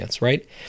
Right